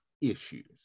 issues